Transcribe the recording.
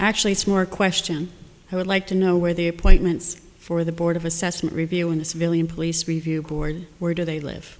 actually it's more a question i would like to know where the appointments for the board of assessment reviewing the civilian police review board where do they live